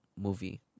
movie